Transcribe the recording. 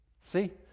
See